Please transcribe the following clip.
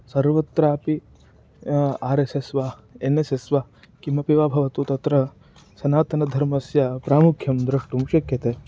सर्वत्रापि R S S वा N S S वा किमपि वा भवतु तत्र सनातनधर्मस्य प्रामुख्यं द्रष्टुं शक्यते